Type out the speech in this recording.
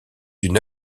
d’une